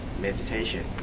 meditation